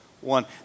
one